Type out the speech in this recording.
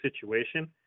situation